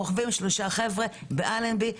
רוכבים 3 חבר'ה באלנבי.